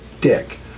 dick